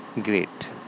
great